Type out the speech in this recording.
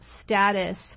status